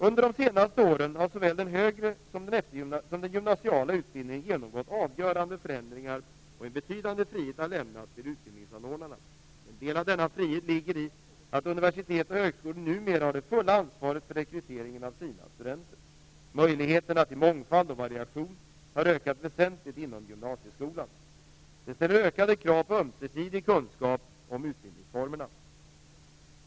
Under de senaste åren har såväl den högre som den gymnasiala utbildningen genomgått avgörande förändringar, och en betydande frihet har lämnats till utbildningsanordnarna. En del av denna frihet ligger i att universitet och högskolor numera har det fulla ansvaret för rekryteringen av sina studenter. Möjligheterna till mångfald och variation har ökat väsentligt inom gymnasieskolan. Det ställer ökade krav på ömsesidig kunskap om utbildningsformerna.